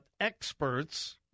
experts